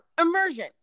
immersion